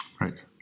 Right